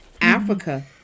Africa